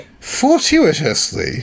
Fortuitously